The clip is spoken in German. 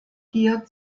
hier